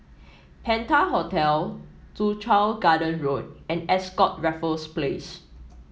Penta Hotel Soo Chow Garden Road and Ascott Raffles Place